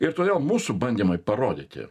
ir todėl mūsų bandymai parodyti